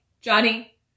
Johnny